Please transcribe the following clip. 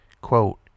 Quote